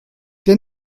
der